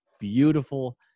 beautiful